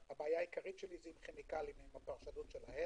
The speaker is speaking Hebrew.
הבעיה העיקרית שלי זה עם הפרשנות של כימיקלים